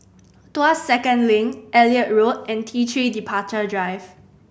Tuas Second Link Elliot Road and T Three Departure Drive